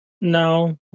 No